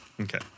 Okay